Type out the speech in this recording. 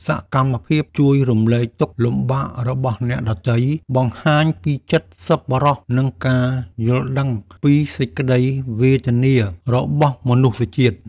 សកម្មភាពជួយរំលែកទុក្ខលំបាករបស់អ្នកដទៃ បង្ហាញពីចិត្តសប្បុរសនិងការយល់ដឹងពីសេចក្តីវេទនារបស់មនុស្សជាតិ។